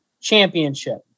championship